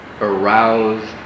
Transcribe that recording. aroused